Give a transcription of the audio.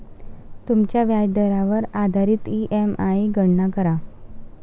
तुमच्या व्याजदरावर आधारित ई.एम.आई गणना करा